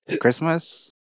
christmas